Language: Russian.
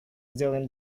сделаем